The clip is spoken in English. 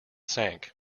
sank